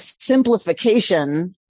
simplification